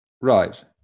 Right